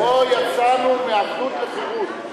שבו יצאנו מעבדות לחירות.